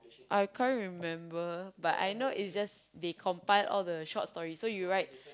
I can't remember but I know it's just they compile the all short stories so you write